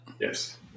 Yes